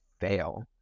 fail